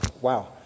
Wow